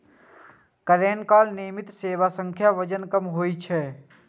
करैलाक नियमित सेवन सं वजन कम होइ छै